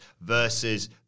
versus